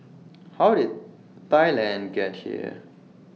how did Thailand get here